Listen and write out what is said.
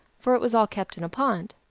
for it was all kept in a pond.